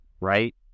right